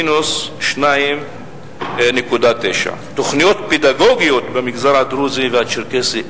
מינוס 2.9%; תוכניות פדגוגיות במגזר הדרוזי והצ'רקסי,